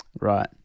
Right